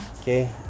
okay